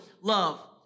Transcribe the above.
love